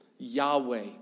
Yahweh